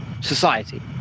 society